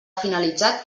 finalitzat